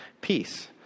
peace